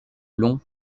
long